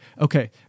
okay